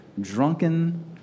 drunken